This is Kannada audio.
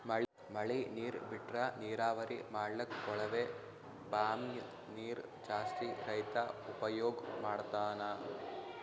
ಮಳಿ ನೀರ್ ಬಿಟ್ರಾ ನೀರಾವರಿ ಮಾಡ್ಲಕ್ಕ್ ಕೊಳವೆ ಬಾಂಯ್ ನೀರ್ ಜಾಸ್ತಿ ರೈತಾ ಉಪಯೋಗ್ ಮಾಡ್ತಾನಾ